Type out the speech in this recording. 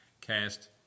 cast